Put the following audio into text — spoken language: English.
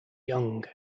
young